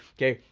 okay,